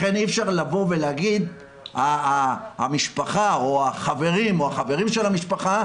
לכן אי אפשר לומר שהמשפחה או החברים או החברים של המשפחה,